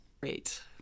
Great